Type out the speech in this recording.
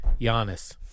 Giannis